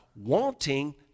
wanting